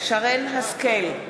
שרן השכל,